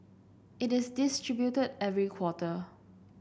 it is distributed every quarter